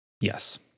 Yes